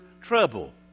trouble